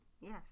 Yes